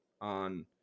on